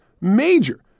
Major